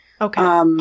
Okay